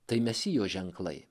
tai mesijo ženklai